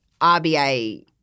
RBA